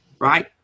right